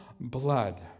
blood